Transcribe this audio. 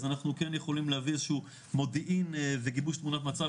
אז אנחנו כן יכולים להביא איזשהו מודיעין וגיבוש תמונת מצב,